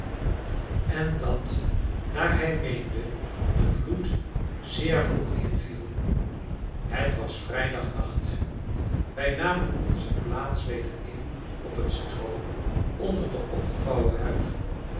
en dat naar hij meende de vloed zeer vroeg inviel het was vrijdagnacht wij namen onze plaats weder in op het stroo onder de opgevouwen huif